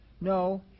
no